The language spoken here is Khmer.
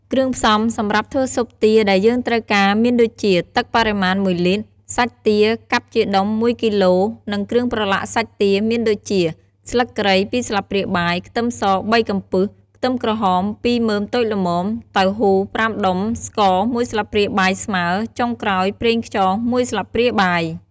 គ្រឿងផ្សំំសម្រាប់ធ្វើស៊ុបទាដែលយើងត្រូវការមានដូចជា ទឹកបរិមាណ ១លីត្រ សាច់ទា កាប់ជាដុំ ១ គីឡូ និងគ្រឿងប្រឡាក់សាច់ទាមានដូចជា ស្លឹកគ្រៃ ២ស្លាបព្រាបាយ ខ្ទឹមស ៣ កំពឹស ខ្ទឹមក្រហម ២ មើមតូចល្មម តៅហ៊ូ ៥ដុំ ស្ករ ១ ស្លាបព្រាបាយស្មើ ចុងក្រោយ ប្រេងខ្យង ១ស្លាបព្រាបាយ។